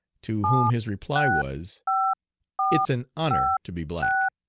to whom his reply was it's an honor to be black.